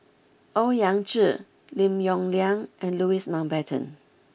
Owyang Chi Lim Yong Liang and Louis Mountbatten